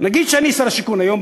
נגיד שאני שר השיכון היום,